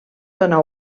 donar